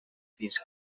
fins